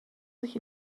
sich